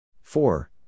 Four